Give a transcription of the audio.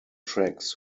tracks